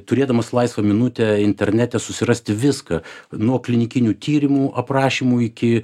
turėdamas laisvą minutę internete susirasti viską nuo klinikinių tyrimų aprašymų iki